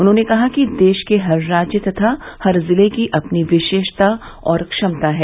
उन्होंने कहा कि देश के हर राज्य तथा हर जिले की अपनी विशेषता और क्षमता है